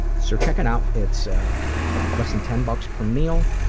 so check it out, it's less than ten bucks per meal.